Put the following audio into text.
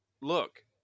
Look